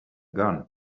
gun